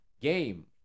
game